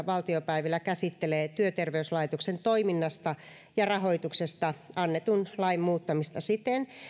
valtiopäiviltä käsittelee työterveyslaitoksen toiminnasta ja rahoituksesta annetun lain muuttamista siten